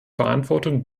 verantwortung